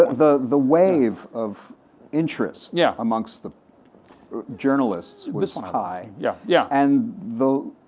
the the wave of interest yeah amongst the journalists was high. yeah yeah and the